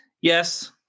Yes